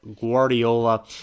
Guardiola